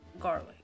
garlic